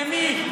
למי?